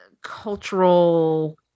cultural